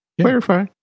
clarify